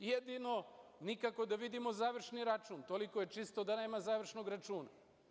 Jedino nikako da vidimo završni račun, toliko je čisto da nema završnog računa.